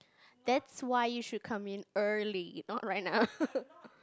that's why you should come in early not right now